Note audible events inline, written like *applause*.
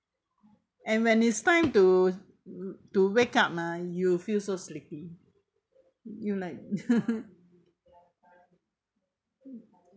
and when it's time to *noise* to wake up ah you feel so sleepy you like *laughs*